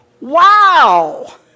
Wow